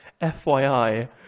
FYI